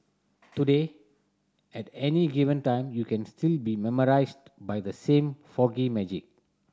today at any given time you can still be by the same magic